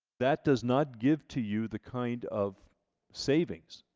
that does not give to you the kind of savings,